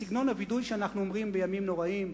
בסגנון הווידוי שאנחנו אומרים בימים הנוראים,